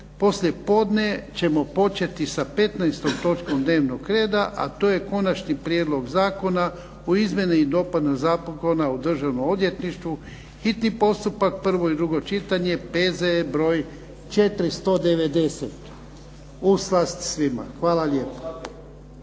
Poslije podne ćemo početi sa petnaestom točkom dnevnog reda, a to je Konačni prijedlog zakona o izmjenama i dopunama Zakona o Državnom odvjetništvu, hitni postupak, prvo i drugo čitanje, P.Z.E. br. 490. U slast svima! Hvala lijepo.